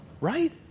Right